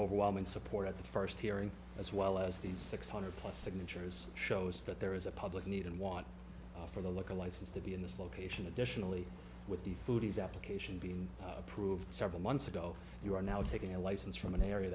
overwhelming support at the first hearing as well as these six hundred plus signatures shows that there is a public need and want for the look a license to be in this location additionally with the foodies application being approved several months ago you are now taking a license from an area